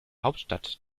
hauptstadt